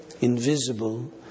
invisible